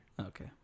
Okay